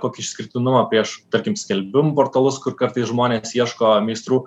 kokį išskirtinumą pieš tarkim skelbimų portalus kur kartais žmonės ieško meistrų